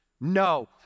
No